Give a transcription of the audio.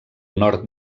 nord